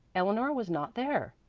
eleanor was not there!